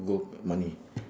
gold and money